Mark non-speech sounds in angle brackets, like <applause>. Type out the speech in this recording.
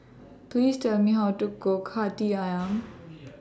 Please Tell Me How to Cook Hati Ayam <noise> <noise>